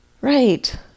Right